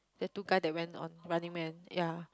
that two guy that went on Running Man yea